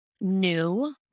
new